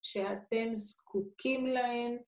שאתם זקוקים להם